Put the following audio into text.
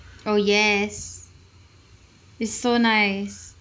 oh yes it's so nice